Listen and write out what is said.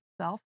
self